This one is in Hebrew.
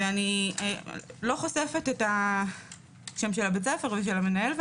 אני לא חושפת את שם הבית הספר ואת המנהל,